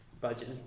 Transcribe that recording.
budget